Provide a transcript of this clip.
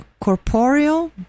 corporeal